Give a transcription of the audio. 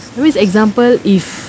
it means example if